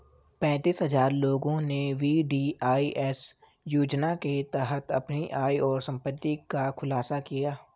पेंतीस हजार लोगों ने वी.डी.आई.एस योजना के तहत अपनी आय और संपत्ति का खुलासा किया